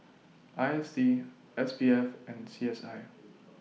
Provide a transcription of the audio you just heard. I S D S B F and C S I